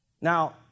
Now